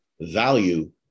value